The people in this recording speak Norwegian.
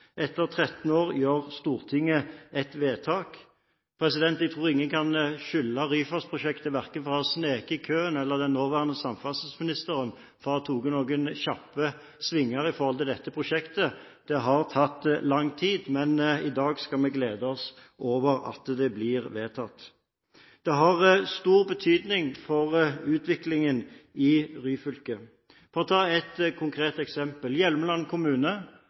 Etter 13 år gjør Stortinget et vedtak. Jeg tror ingen kan beskylde Ryfastprosjektet for å ha sneket i køen eller den nåværende samferdselsministeren for å ha tatt noen kjappe svinger når det gjelder dette prosjektet. Det har tatt lang tid, men i dag skal vi glede oss over at det blir vedtatt. Det har stor betydning for utviklingen i Ryfylke. Jeg vil ta ett konkret eksempel: Hjelmeland kommune